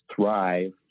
thrive